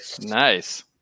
Nice